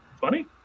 funny